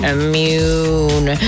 Immune